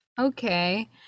okay